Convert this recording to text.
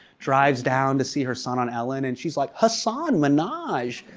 drives down to see her son on ellen and she's like, hasan minhaj.